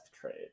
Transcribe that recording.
trade